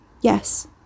Yes